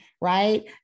right